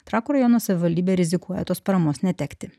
trakų rajono savivaldybė rizikuoja tos paramos netekti